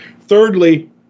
Thirdly